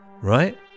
right